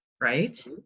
Right